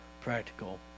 Practical